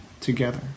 together